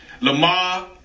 Lamar